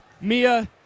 Mia